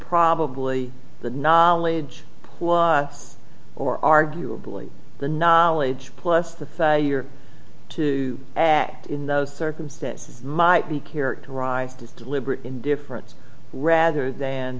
probably the knowledge or arguably the knowledge plus the year to act in those circumstances might be characterized as deliberate indifference rather than